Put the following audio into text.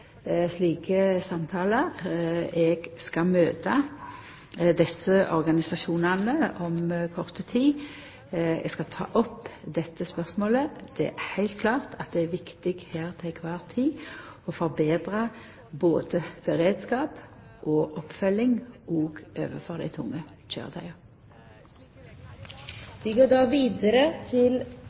slike samtalar. Eg skal møta desse organisasjonane om kort tid, og då skal eg ta opp dette spørsmålet. Det er heilt klart at det er viktig heile tida å forbetra beredskapen og oppfølginga òg overfor dei tunge køyretøya. Jeg tillater meg å stille følgende spørsmål til